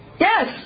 Yes